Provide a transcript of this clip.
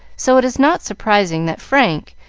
so it is not surprising that frank,